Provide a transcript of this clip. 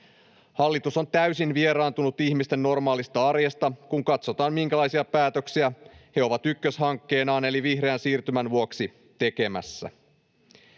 Hallitus on täysin vieraantunut ihmisten normaalista arjesta, kun katsotaan, minkälaisia päätöksiä he ovat ykköshankkeenaan eli vihreän siirtymän vuoksi tekemässä.